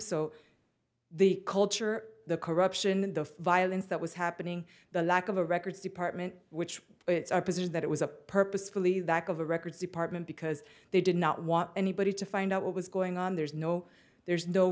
so the culture the corruption the violence that was happening the lack of a records department which it's our position that it was a purposefully that of a records department because they did not want anybody to find out what was going on there's no there's no